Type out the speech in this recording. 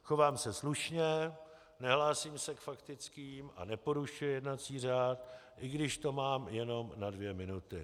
Chovám se slušně, nehlásím se k faktickým a neporušuji jednací řád, i když to mám jenom na dvě minuty.